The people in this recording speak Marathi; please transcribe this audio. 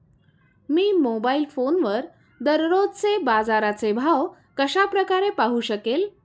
मी मोबाईल फोनवर दररोजचे बाजाराचे भाव कशा प्रकारे पाहू शकेल?